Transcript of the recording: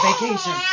vacation